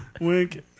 Wink